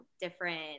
different